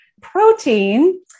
Protein